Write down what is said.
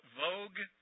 vogue